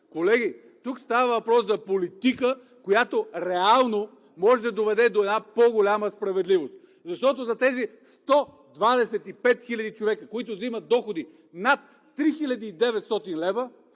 Колеги, става въпрос за политика, която реално може да доведе до една по-голяма справедливост, защото за тези 125 хиляди човека, които взимат доходи над 3900 лв.,